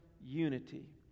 unity